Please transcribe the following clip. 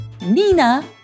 Nina